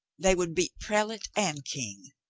they would beat prelate and king,